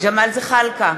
ג'מאל זחאלקה,